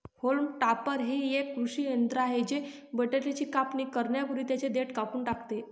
haulm topper हे एक कृषी यंत्र आहे जे बटाट्याची कापणी करण्यापूर्वी त्यांची देठ कापून टाकते